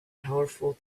powerful